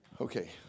Okay